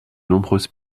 nombreuses